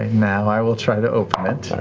now i will try to open it.